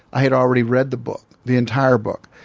i had already read the book, the entire book.